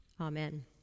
Amen